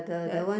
the